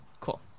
Cool